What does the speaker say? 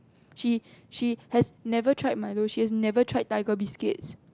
she she has never tried Milo she has never tried tiger biscuit